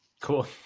Cool